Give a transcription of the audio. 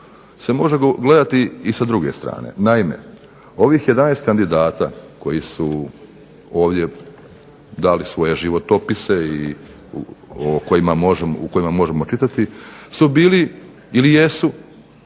se može gledati i sa druge strane. Naime ovih 11 kandidata koji su ovdje dali svoje životopise i o kojima možemo, u kojima možemo čitati, su bili ili jesu